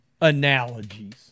analogies